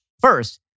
First